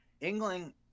England